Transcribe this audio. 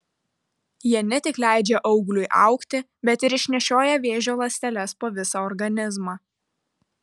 jie ne tik leidžia augliui augti bet ir išnešioja vėžio ląsteles po visą organizmą